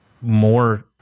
more